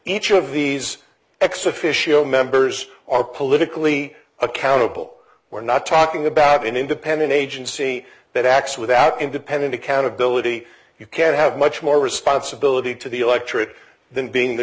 each of these x official members or politically accountable we're not talking about an independent agency that acts without independent accountability you can't have much more responsibility to the electorate than being the